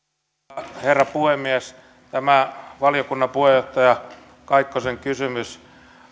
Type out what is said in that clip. arvoisa herra puhemies tämä valiokunnan puheenjohtaja kaikkosen kysymys